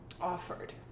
offered